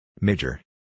Major